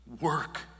work